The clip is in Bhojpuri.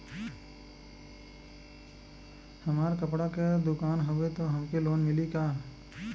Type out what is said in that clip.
हमार कपड़ा क दुकान हउवे त हमके लोन मिली का?